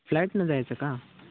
फ्लाईटनं जायचं का